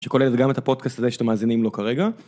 שכוללת גם את הפודקאסט הזה שאתם מאזינים לו כרגע.